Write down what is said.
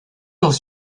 leurs